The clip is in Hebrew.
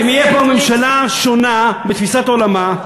אם תהיה פה ממשלה שונה בתפיסת עולמה,